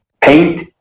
paint